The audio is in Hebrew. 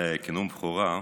אבל כנאום בכורה,